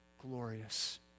glorious